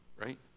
right